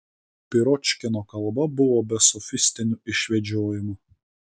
piročkino kalba buvo be sofistinių išvedžiojimų